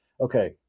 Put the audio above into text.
Okay